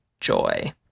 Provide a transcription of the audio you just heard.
Joy